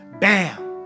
Bam